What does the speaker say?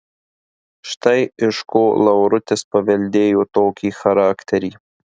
štai iš ko laurutis paveldėjo tokį charakterį